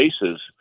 bases